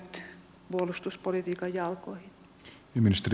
herra puhemies